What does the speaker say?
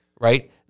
right